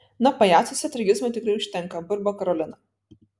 na pajacuose tragizmo tikrai užtenka burba karolina